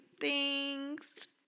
Thanks